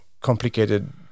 complicated